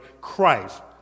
Christ